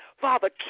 Father